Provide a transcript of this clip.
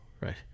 right